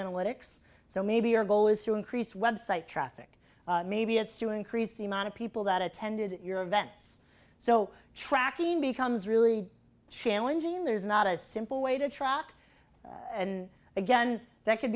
analytics so maybe your goal is to increase website traffic maybe it's to increase the amount of people that attended your events so tracking becomes really challenging there's not a simple way to track and again that could